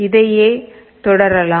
இதையே தொடரலாம்